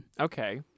Okay